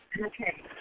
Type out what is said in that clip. Okay